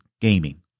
gaming